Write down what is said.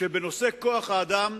שבנושא כוח-האדם,